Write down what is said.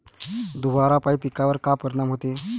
धुवारापाई पिकावर का परीनाम होते?